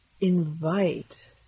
invite